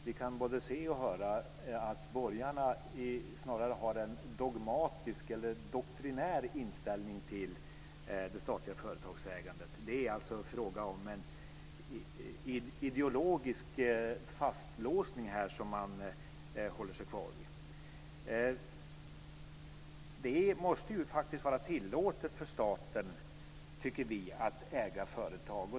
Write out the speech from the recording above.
Vi kan både se och höra att borgarna snarare har en dogmatisk eller doktrinär inställning till det statliga företagsägandet. Det är alltså fråga om en ideologisk fastlåsning som de håller sig kvar vid. Vi tycker att det faktiskt måste vara tillåtet för staten att äga företag.